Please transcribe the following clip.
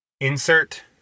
insert